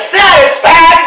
satisfied